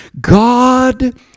God